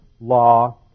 law